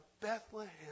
Bethlehem